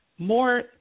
More